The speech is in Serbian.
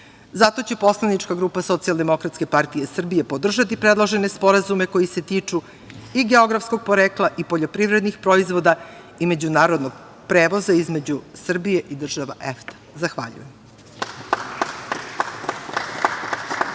Zato će Poslanička grupa SDPS podržati predložene sporazume koji se tiču i geografskog porekla i poljoprivrednih proizvoda i međunarodnog prevoza između Srbije i država EFTA. Zahvaljujem.